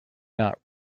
not